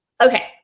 Okay